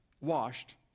washed